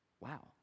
wow